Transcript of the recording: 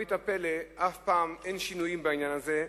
ולמרבית הפלא אף פעם אין שינויים בעניין הזה,